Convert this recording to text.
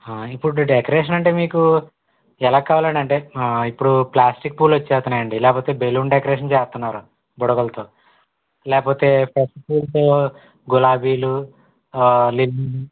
ఇప్పుడు డెకరేషన్ అంటే మీకు ఎలా కావాలండి అంటే ఇప్పుడు ప్లాస్టిక్ పూలు వచ్చేస్తున్నాయండి లేకపోతే బెలూన్ డెకరేషన్ చేస్తున్నారు బుడగలతో లేకపోతే స్పెసిఫిక్ గులాబీలు లిమ్